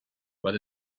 but